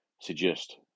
suggest